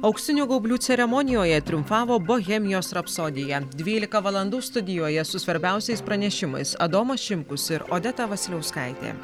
auksinių gaublių ceremonijoje triumfavo bohemijos rapsodija dvylika valandų studijoje su svarbiausiais pranešimais adomas šimkus ir odeta vasiliauskaitė